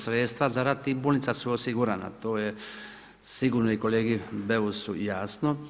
Sredstva za rad tih bolnica su osigurana, to je sigurno i kolegi Busu jasno.